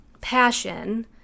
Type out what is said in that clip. passion